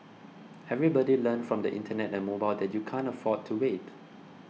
everybody learned from the Internet and mobile that you can't afford to wait